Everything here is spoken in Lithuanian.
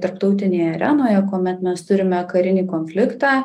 tarptautinėje arenoje kuomet mes turime karinį konfliktą